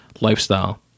lifestyle